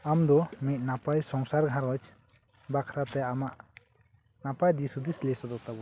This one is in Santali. ᱟᱢ ᱫᱚ ᱢᱤᱫ ᱱᱟᱯᱟᱭ ᱥᱚᱝᱥᱟᱨ ᱜᱷᱟᱨᱚᱸᱡᱽ ᱵᱟᱠᱷᱟᱨᱟ ᱛᱮ ᱟᱢᱟᱜ ᱱᱟᱯᱟᱭ ᱫᱤᱥ ᱦᱩᱫᱤᱥ ᱞᱟᱹᱭ ᱥᱚᱫᱚᱨ ᱛᱟᱵᱚᱱ ᱢᱮ